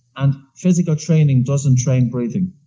and physical training doesn't train breathing.